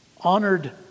honored